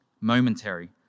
momentary